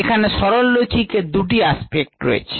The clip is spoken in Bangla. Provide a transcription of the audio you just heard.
এখানে সরলরৈখিক এর দুটি aspect রয়েছে